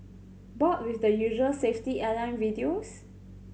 bored with the usual safety airline videos